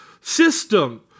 system